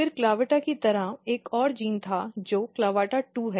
फिर CLAVATA की तरह एक और जीन था जो CLAVATA2 है